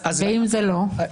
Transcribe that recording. ואם לא?